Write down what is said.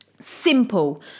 Simple